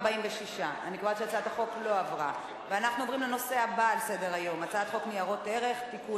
אנחנו עוברים לנושא הבא על סדר-היום: הצעת חוק ניירות ערך (תיקון,